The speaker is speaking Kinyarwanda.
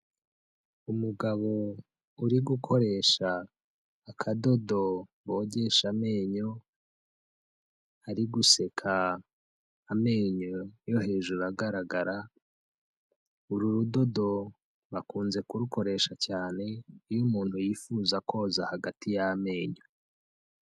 Umugabo uri gukoresha akadodo bogesha amenyo ari guseka amenyo yo hejuru agaragara, uru rudodo bakunze kurukoresha cyane iyo umuntu yifuza koza hagati y'amenyo.